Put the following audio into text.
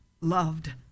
loved